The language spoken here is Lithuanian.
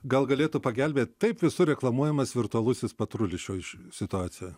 gal galėtų pagelbėt taip visur reklamuojamas virtualusis patrulis šioj situacijoj